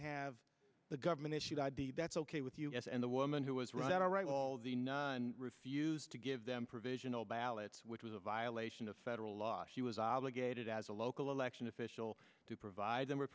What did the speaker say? have the government issued id that's ok with us and the woman who was right all right all the nun refused to give them provisional ballots which was a violation of federal law she was obligated as a local election official to provide them